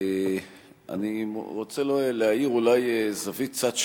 אני רוצה להאיר זווית קצת שונה.